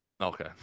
Okay